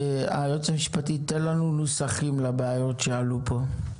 היועץ המשפטי ייתן לנו נוסחים לבעיות שעלו פה.